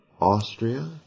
Austria